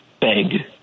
beg